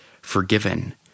forgiven